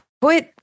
put